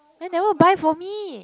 why never buy for me